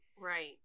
right